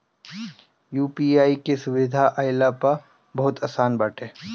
UPI के सुविधा आईला पअ बहुते आराम बाटे